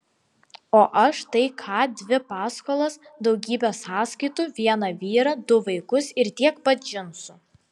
o aš tai ką dvi paskolas daugybę sąskaitų vieną vyrą du vaikus ir tiek pat džinsų